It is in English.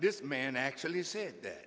this man actually said that